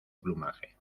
plumaje